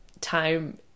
time